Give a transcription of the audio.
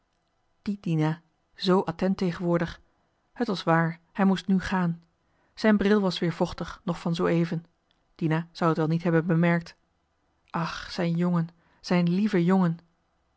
die dina z attent tegenwoordig het was waar hij moest nu gaan zijn bril was weer vochtig nog van zooeven dina zou t wel niet hebben bemerkt ach zijn jongen zijn lieve jongen